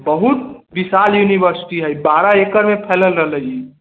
बहुत विशाल यूनिवर्सिटी है बारह एकड़ मे फैलल रहलै ई